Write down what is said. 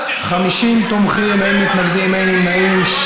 50 תומכים, אין מתנגדים, אין נמנעים.